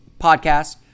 podcast